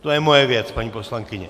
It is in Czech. To je moje věc, paní poslankyně.